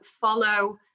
follow